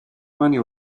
mani